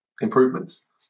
improvements